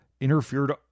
interfered